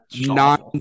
Nine